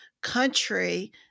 country